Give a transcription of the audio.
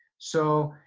so,